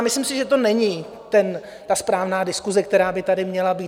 A myslím si, že to není ta správná diskuse, která by tady měla být.